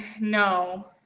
no